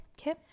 Okay